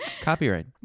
Copyright